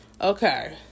Okay